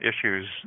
issues